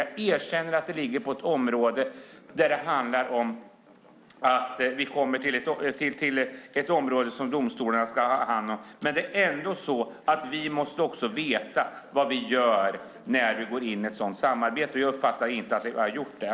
Jag erkänner att det är ett område som domstolarna ska ha hand om. Men vi måste ändå veta vad vi gör när vi går in i ett sådant samarbete, och jag uppfattar inte att vi har gjort det.